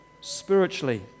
spiritually